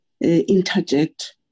interject